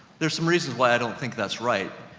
there's some reasons why i don't think that's right.